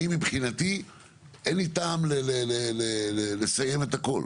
אני מבחינתי אין לי טעם לסיים את הכול.